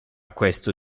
questo